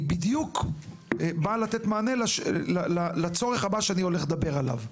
היא בדיוק באה לתת מענה לצורך הבא שאני הולך לדבר עליו.